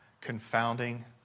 confounding